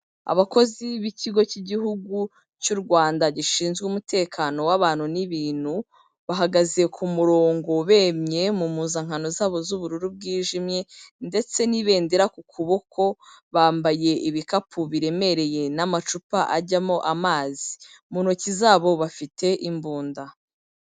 Abakozi b'ikigo cy'igihugu cy'u Rwanda gishinzwe umutekano w'abantu n'ibintu, bahagaze ku murongo bemye mu mpuzankano zabo z'ubururu bwijimye ndetse n'ibendera ku kuboko, bambaye ibikapu biremereye n'amacupa ajyamo amazi. Mu ntoki zabo bafite imbunda.